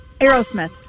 Aerosmith